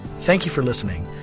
thank you for listening.